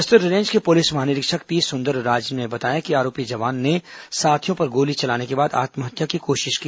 Bastar range के police महानिरीक्षक P Sundarraj ने बताया कि आरोपी जवान ने साथियों पर गोली चलाने के बाद आत्महत्या की कोशिश की